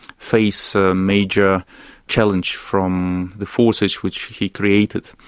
face a major challenge from the forces which he created.